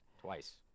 Twice